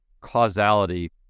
causality